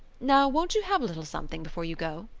now, won't you have a little something before you go?